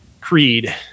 Creed